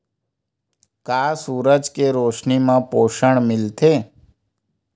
का सूरज के रोशनी म पोषण मिलथे?